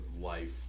life